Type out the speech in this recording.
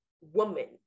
woman